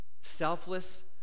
Selfless